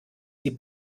sie